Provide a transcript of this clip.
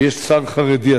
ויש שר חרדי,